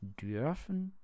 dürfen